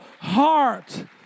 heart